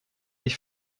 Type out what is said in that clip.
ich